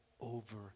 over